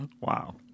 Wow